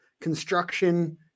construction